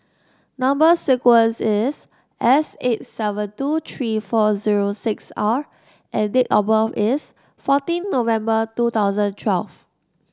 number sequence is S eight seven two three four zero six R and date of birth is fourteen November two thousand twelve